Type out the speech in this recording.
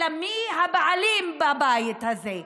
אלא על מי הבעלים בבית הזה.